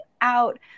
out